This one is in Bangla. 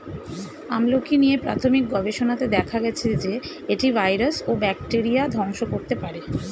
আমলকী নিয়ে প্রাথমিক গবেষণাতে দেখা গেছে যে, এটি ভাইরাস ও ব্যাকটেরিয়া ধ্বংস করতে পারে